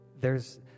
theres